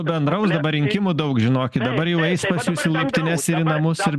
bendraus dabar rinkimų daug žinokit dabar jau eis pas jus į laiptines ir į namus ir